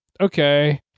okay